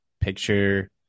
picture